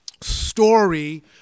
story